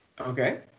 Okay